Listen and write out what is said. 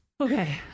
Okay